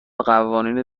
قوانین